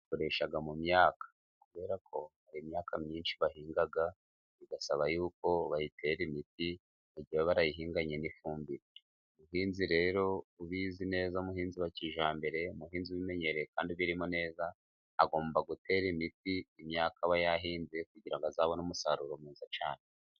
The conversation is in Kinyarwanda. Imiti bayikoresha mu myaka kubera ko hari imyaka myinshi bahinga bigasaba yuko bayitera imiti, mu gihe baba barayihinganye n'ifumbire. Umuhinzi rero ubizi neza, umuhinzi wa kijyambere, umuhinzi wabimenyereye kandi ubirimo neza, agomba gutera imiti imyaka aba yahinze kugira azabone umusaruro mwiza cyane.